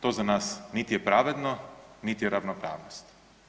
To za nas niti je pravedno, niti je ravnopravnost.